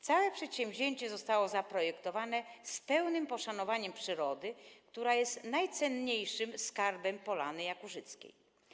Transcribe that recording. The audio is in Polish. Całe przedsięwzięcie zostało zaprojektowane z pełnym poszanowaniem przyrody, która jest najcenniejszym skarbem Polany Jakuszyckiej.